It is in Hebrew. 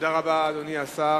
תודה רבה, אדוני השר.